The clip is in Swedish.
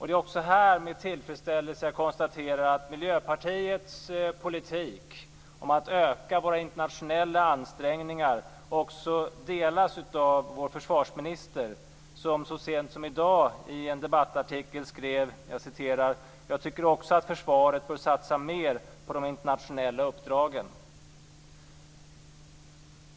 Det är också här jag med tillfredsställelse konstaterar att Miljöpartiets politik för att öka våra internationella ansträngningar också delas av vår försvarsminister, som så sent som i dag i en debattartikel skrev: "Jag tycker också att försvaret bör satsa mer på de internationella uppdragen."